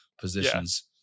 positions